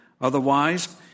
Otherwise